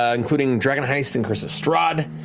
ah including dragon heist and curse of strahd.